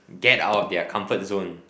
get out of their comfort zone